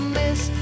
miss